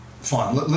Fine